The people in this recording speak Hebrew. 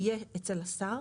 תהיה אצל השר,